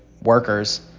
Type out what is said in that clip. workers